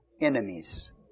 enemies